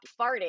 farting